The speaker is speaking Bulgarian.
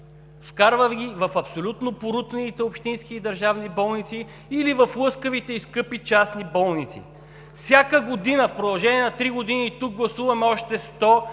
Вкарва ги в абсолютно порутените общински и държавни болници или в лъскавите и скъпи частни болници. В продължение на три години тук всяка година гласуваме още 100